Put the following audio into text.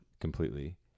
Completely